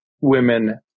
women